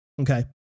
Okay